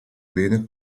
bene